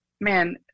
man